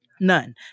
None